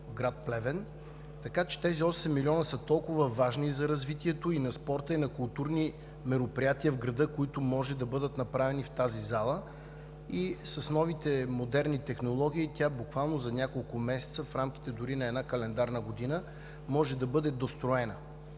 в град Плевен, така че тези 8 милиона са толкова важни за развитието и на спорта, и на културните мероприятия в града, които може да бъдат направени в тази зала. С новите модерни технологии тя може да бъде достроена буквално за няколко месеца в рамките дори на една календарна година. Тя е за 3600 места.